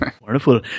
Wonderful